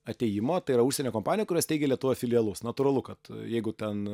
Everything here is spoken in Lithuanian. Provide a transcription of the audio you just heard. atėjimo tai yra užsienio kompanija kuri steigia lietuvoje filialus natūralu kad jeigu ten